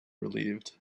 relieved